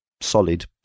Solid